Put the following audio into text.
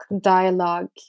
dialogue